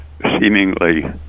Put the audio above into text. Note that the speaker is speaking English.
seemingly